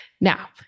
Now